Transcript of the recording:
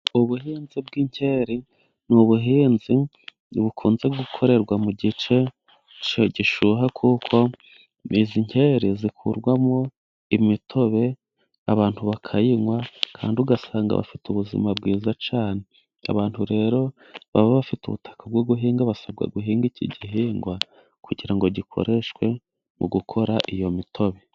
Ubuhinzi bw'inkeri n'ubuhinzi ntibukunze gukorerwa mu gice gishyuha kuko izi nkeri zikurwamwo imitobe, abantu bakayinywa, kandi ugasanga bafite ubuzima bwiza cyane, abantu rero baba bafite ubutaka bwo guhinga basabwa guhinga iki gihingwa, kugira ngo gikoreshwe mu gukora iyo mitobe.